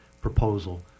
proposal